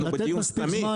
אנחנו בדיון סתמי